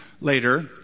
later